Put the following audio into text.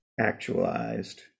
actualized